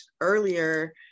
earlier